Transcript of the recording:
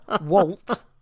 Walt